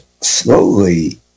slowly